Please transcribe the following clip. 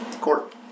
Court